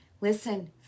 Listen